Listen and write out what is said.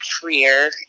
career